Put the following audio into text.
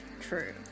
True